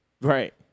Right